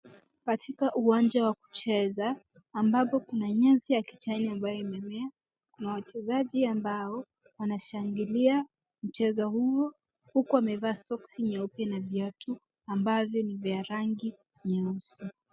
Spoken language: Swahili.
Katika uwanja wa kucheza ambapo kuna nyasi ya kijani ambayo imemea na wachezaji ambao wanashangilia mchez huo huku wamevaa soksi nyeupe na viatu ambavyo ni vya rangi nyeusi.